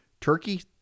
Turkey